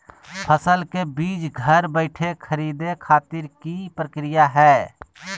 फसल के बीज घर बैठे खरीदे खातिर की प्रक्रिया हय?